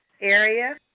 area